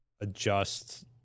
adjust